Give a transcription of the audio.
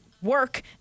work